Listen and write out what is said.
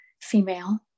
female